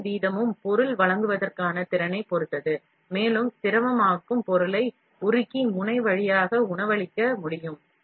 உள்ளீடு வீதமும் பொருள் வழங்குவதற்கான திறனைப் பொறுத்தது மேலும் திரவமாக்கும் பொருளை உருக்கி முனை வழியாக உள்ளிட முடியும்